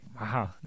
wow